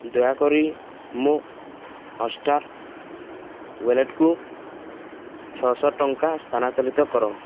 ଦୟାକରି ମୋ ହଟ୍ଷ୍ଟାର୍ ୱାଲେଟକୁ ଛଅଶହ ଟଙ୍କା ସ୍ଥାନାନ୍ତରିତ କର